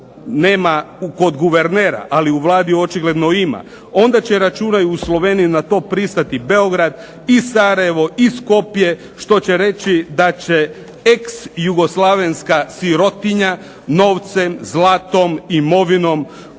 nema kod guvernera, ali u Vladi očigledno ima, onda će računaju u Sloveniji na to pristati Beograd i Sarajevo i Skopje. Što će reći da će ex-jugoslavenska sirotinja novcem, zlatom, imovinom koja